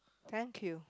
thank you